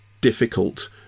difficult